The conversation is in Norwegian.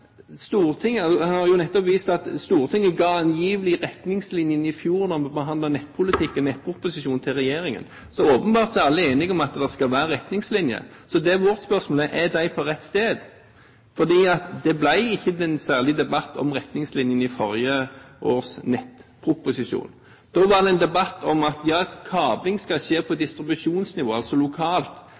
har jo nettopp vist til at Stortinget ga angivelig retningslinjene i fjor da vi behandlet nettpolitikken og nettproposisjonen til regjeringen. Så åpenbart er alle enige om at det skal være retningslinjer, men vårt spørsmål er: Er de på rett sted? For det ble ikke noen særlig debatt om retningslinjene i forrige års nettproposisjon. Da var det en debatt om at kabling skal skje på distribusjonsnivå, altså lokalt,